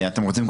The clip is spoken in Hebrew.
אתם רוצים,